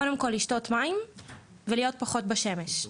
קודם כל לשתות מים ודבר שני להיות פחות בשמש,